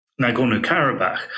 Nagorno-Karabakh